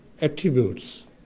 attributes